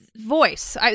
Voice